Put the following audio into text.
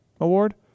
Award